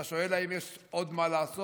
אתה שואל: האם יש עוד מה לעשות?